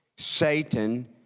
Satan